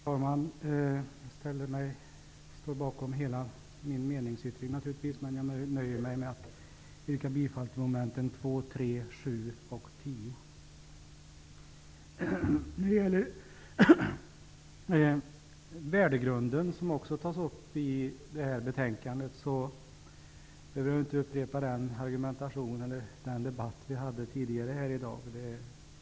Herr talman! Jag står naturligtvis bakom hela min meningsyttring, men jag nöjer mig med att yrka bifall till mom. 2, 3, 7 och 10. Frågan om värdegrunden tas upp också i detta betänkande. Jag behöver inte upprepa den argumentation jag framförde i debatten om utbildningsutskottets betänkande 1 tidigare i dag.